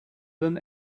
than